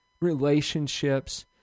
relationships